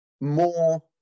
more